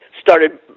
started